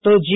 તો જી